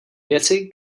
věci